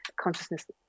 consciousness